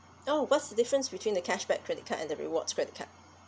oh what's the difference between the cashback credit card and the rewards credit card